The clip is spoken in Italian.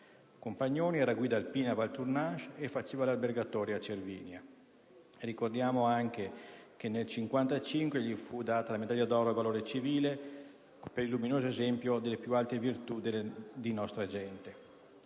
Compagnoni era guida alpina a Valtournanche e faceva l'albergatore a Cervinia. Ricordiamo anche che nel 1955 gli fu data la medaglia d'oro al valor civile per «il luminoso esempio delle più alte virtù di nostra gente».